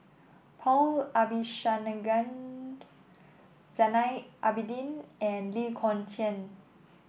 Paul Abisheganaden Zainal Abidin and Lee Kong Chian